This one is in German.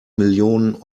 millionen